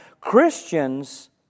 Christians